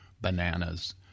bananas